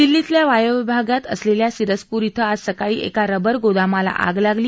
दिल्लीतल्या वायव्य भागात असलेल्या सिरसपूर इथं आज सकाळी एका रबर गोदामाला आग लागली